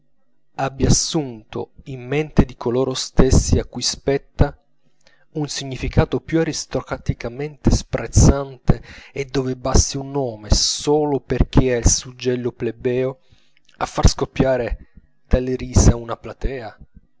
abbia assunto in mente di coloro stessi a cui spetta un significato più aristocraticamente sprezzante e dove basti un nome solo perchè ha il suggello plebeo a far scoppiare dalle risa una platea